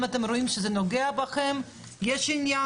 אם אתם רואים שזה נוגע אליכם, יש עניין?